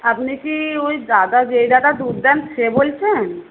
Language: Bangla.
আপনি কি ওই দাদা যেই দাদা দুধ দেন সে বলছেন